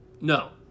no